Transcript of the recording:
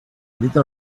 grita